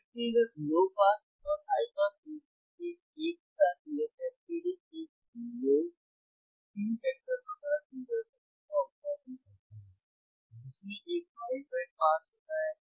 व्यक्तिगत low pass और high pass filter के एक साथ यह कैस्केडिंग एक लौ Q factor प्रकार फिल्टर सर्किट का उत्पादन करता है जिसमें एक वाइड बैंड पास होता है